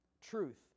Truth